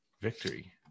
victory